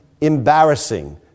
embarrassing